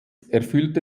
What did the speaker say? erfüllte